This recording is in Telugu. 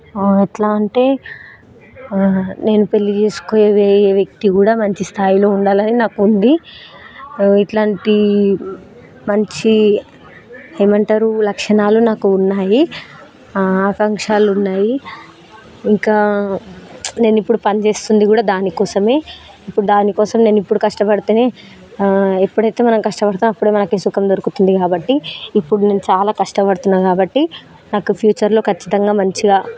ఎట్లా అంటే నేను పెళ్ళి చేసుకునే వ్యక్తి వ్యక్తి కూడా మంచి స్థాయిలో ఉండాలని నాకు ఉంది ఇట్లాంటి మంచి ఏమంటారు లక్షణాలు నాకు ఉన్నాయి ఆకాంక్షలు ఉన్నాయి ఇంకా నేను ఇప్పుడు పని చేస్తుంది కూడా దాని కోసమే ఇప్పుడు దాని కోసం నేను ఇప్పుడు కష్టపడితే ఎప్పుడైతే మనం కష్టపడతామో అప్పుడే మనకి సుఖం దొరుకుతుంది కాబట్టి ఇప్పుడు నేను చాలా కష్టపడుతున్నాను కాబట్టి నాకు ఫ్యూచర్లో ఖచ్చితంగా మంచిగా